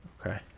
Okay